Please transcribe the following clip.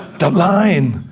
the line!